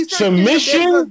submission